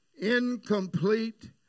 Incomplete